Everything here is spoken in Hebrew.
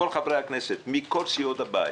כל חברי הכנסת מכל סיעות הבית,